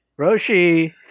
Roshi